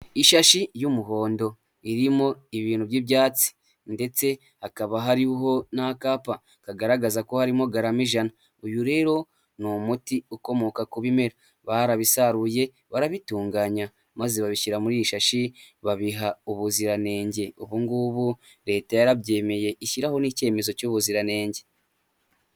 Ishashi y'umuhondo. Irimo ibintu by'ibyatsi ndetse hakaba hariho n'akapa kagaragaza ko harimo garama ijana. Uyu rero ni umuti ukomoka ku bimera. Barabisaruye barabitunganya maze babishyira muri iyi shashi, babiha ubuziranenge. Ubu ngubu Leta yarabyemeye ishyiraho n'icyemezo cy'ubuziranenge.